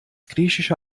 griechische